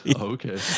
Okay